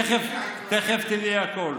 תכף תדעי הכול.